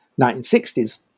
1960s